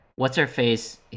What's-her-face